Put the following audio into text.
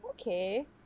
okay